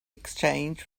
exchange